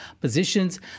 positions